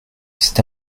cet